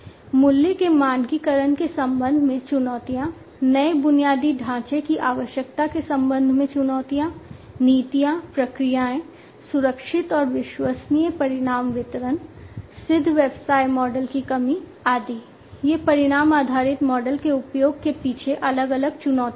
मूल्य के मानकीकरण के संबंध में चुनौतियां नए बुनियादी ढाँचे की आवश्यकता के संबंध में चुनौतियाँ नीतियाँ प्रक्रियाएँ सुरक्षित और विश्वसनीय परिणाम वितरण सिद्ध व्यवसाय मॉडल की कमी आदि ये परिणाम आधारित मॉडल के उपयोग के पीछे अलग अलग चुनौतियाँ हैं